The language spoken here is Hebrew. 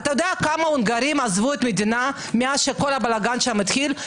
יודע כמה הונגרים עזבו את המדינה מאז שהבלגאן שם התחיל?